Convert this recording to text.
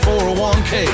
401k